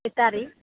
battery